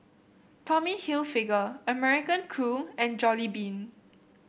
Tommy Hilfiger American Crew and Jollibean